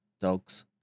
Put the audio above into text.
dogs